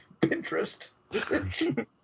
Pinterest